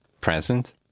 present